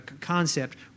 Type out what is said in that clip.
concept